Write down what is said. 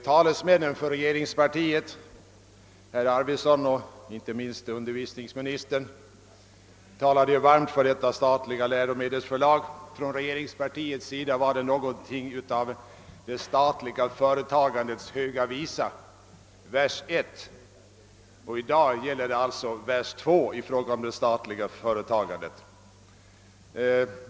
Talesmännen för regeringspartiet, herr Arvidson och inte minst utbildningsministern, talade ju varmt för detta statliga läromedelsförlag. Från regeringspartiet sjöng man i går det statliga företagandets höga visa, vers 1, och i dag får vi alltså höra vers 2.